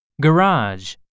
Garage